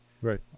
Right